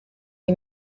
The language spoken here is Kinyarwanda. iyi